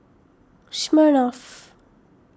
Smirnoff